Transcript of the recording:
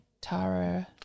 Tara